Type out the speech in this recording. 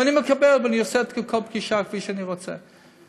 ואני מקבל ומקיים כל פגישה כפי שאני רוצה,